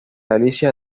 alicia